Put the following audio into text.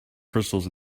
crystals